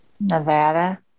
Nevada